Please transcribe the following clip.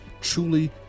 truly